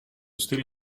steal